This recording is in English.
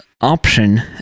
option